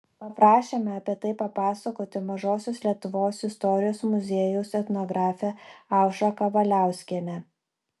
paprašėme apie tai papasakoti mažosios lietuvos istorijos muziejaus etnografę aušrą kavaliauskienę